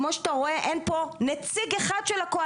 כרגע לא ראינו התייחסות רלוונטית לתחומים שאנחנו פועלים,